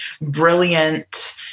brilliant